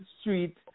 Street